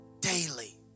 daily